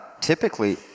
typically